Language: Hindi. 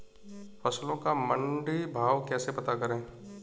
फसलों का मंडी भाव कैसे पता करें?